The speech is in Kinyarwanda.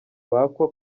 bakwa